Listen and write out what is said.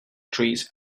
trees